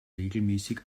regelmäßig